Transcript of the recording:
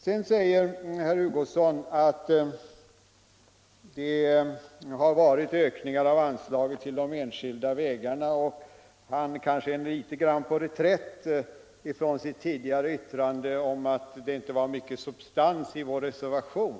Sedan sade herr Hugosson att anslaget till de enskilda vägarna har ökat, och han är väl kanske då litet på reträtt från sitt tidigare yttrande om att det inte var så mycket substans i vår reservation.